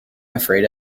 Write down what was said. afraid